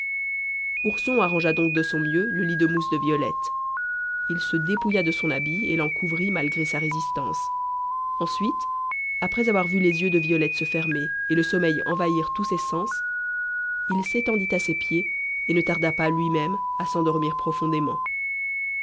ourson arrangea donc de son mieux le lit de mousse de violette il se dépouilla de son habit et l'en couvrit malgré sa résistance ensuite après avoir vu les yeux de violette se fermer et le sommeil envahir tous ses sens il s'étendit à ses pieds et ne tarda pas lui-même à s'endormir profondément